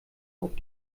auf